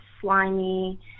slimy